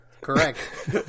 correct